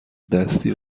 دستی